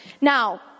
Now